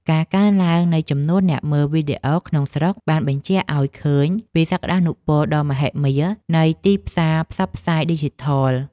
ការកើនឡើងនៃចំនួនអ្នកមើលវីដេអូក្នុងស្រុកបានសបញ្ជាក់ឱ្យឃើញពីសក្តានុពលដ៏មហិមានៃទីផ្សារផ្សព្វផ្សាយឌីជីថល។